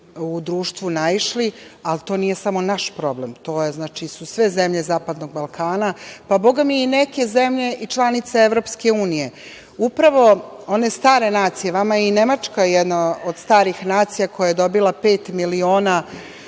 u društvu naišli, ali to nije samo naš problem. To imaju sve zemlje zapadnog Balkana, a Boga mi i neke zemlje članice EU.Upravo one stare nacije, vama je i Nemačka jedna od starih nacija koja je dobila pet miliona